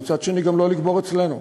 ומצד שני גם לא לקבור אצלנו.